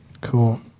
Cool